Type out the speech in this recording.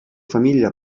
famiglia